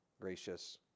gracious